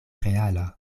reala